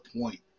point